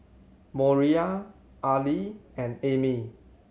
Moriah Arly and Amy